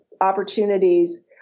opportunities